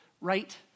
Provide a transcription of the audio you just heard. right